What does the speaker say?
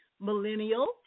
millennial